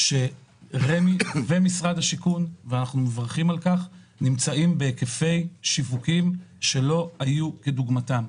שרמ"י ומשרד השיכון נמצאים בהיקפי שיווקים שלא היו כדוגמתם,